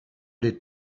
des